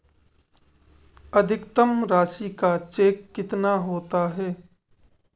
अधिकतम राशि का चेक कितना होता है?